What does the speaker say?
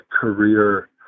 career